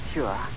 Sure